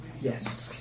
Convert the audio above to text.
Yes